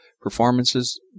performances